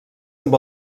amb